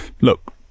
Look